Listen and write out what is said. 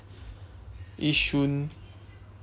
yishun